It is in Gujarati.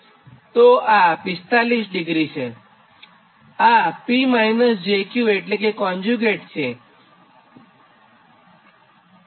તો આ એટલે 45° છે અને આ P - jQ એટલે કે કોન્જ્યુગેટ છે